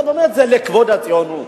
זה באמת לכבוד הציונות.